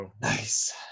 Nice